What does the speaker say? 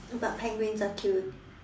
but penguins are cute